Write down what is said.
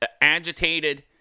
agitated